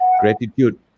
gratitude